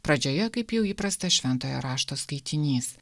pradžioje kaip jau įprasta šventojo rašto skaitinys